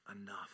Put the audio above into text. enough